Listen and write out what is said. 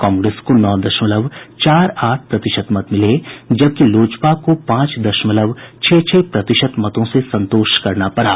कांग्रेस को नौ दशमल चार आठ प्रतिशत मत मिले जबकि लोजपा को पांच दशमलव छह छह प्रतिशत मतों से संतोष करना पड़ा